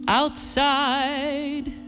outside